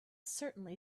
certainly